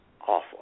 Awful